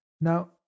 Now